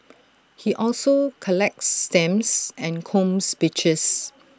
he also collects stamps and combs beaches